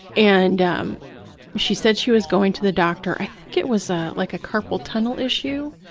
and um she said she was going to the doctor, i think it was like a carpal tunnel issue,